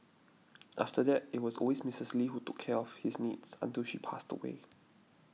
after that it was always Missus Lee who took care of his needs until she passed away